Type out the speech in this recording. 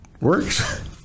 works